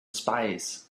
spies